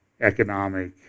economic